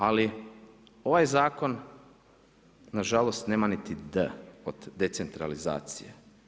Ali ovaj zakon na žalost nema niti D od decentralizacije.